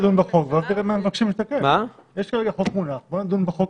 תהיה תלויה במועד שבו מגיעה ההצעה להשלמה ובמצב שיהיה